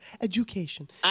Education